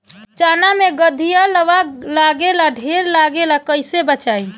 चना मै गधयीलवा लागे ला ढेर लागेला कईसे बचाई?